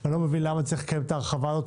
ואני לא מבין למה צריך כן את ההרחבה הזאת,